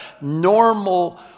normal